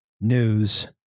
news